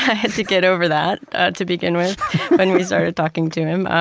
had to get over that to begin with when we started talking to him.